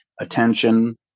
attention